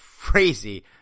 crazy